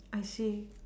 I see